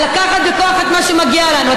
על: לקחת בכוח את מה שמגיע לנו.